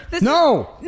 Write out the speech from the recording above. No